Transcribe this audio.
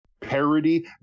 parody